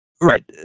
Right